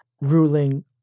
ruling